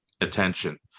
attention